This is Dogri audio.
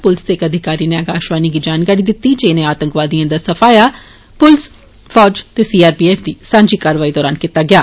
पुलसै दे इक अधिकारी नै आकाशवाणी गी जानकारी दित्ती जे इनें आतंकवादिएं दा सफाया प्लस फौज ते सीआरपीएफ दी सांझी कारवाई दरान कीता गेआ